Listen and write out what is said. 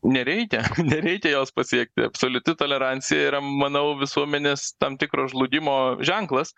nereikia nereikia jos pasiekti absoliuti tolerancija yra manau visuomenės tam tikro žlugimo ženklas